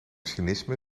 cynisme